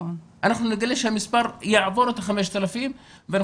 אנחנו נגלה שהמספר יעבור את ה-5,000 ואני